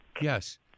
Yes